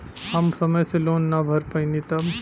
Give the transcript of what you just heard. हम समय से लोन ना भर पईनी तब?